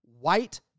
white